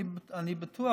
אני בטוח